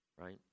Right